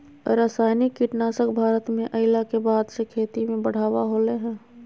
रासायनिक कीटनासक भारत में अइला के बाद से खेती में बढ़ावा होलय हें